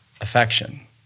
Affection